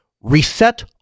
Reset